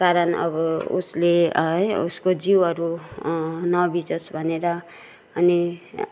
कारण अब उसले है उसको जिउहरू नभिजोस् भनेर अनि